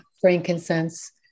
frankincense